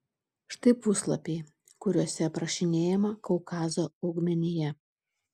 štai puslapiai kuriuose aprašinėjama kaukazo augmenija